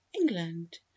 England